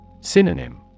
Synonym